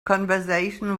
conversation